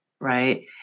Right